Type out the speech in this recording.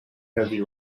heavy